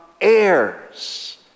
heirs